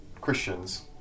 Christians